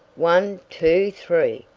one, two, three!